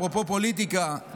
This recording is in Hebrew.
אפרופו פוליטיקה,